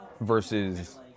Versus